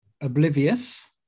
Oblivious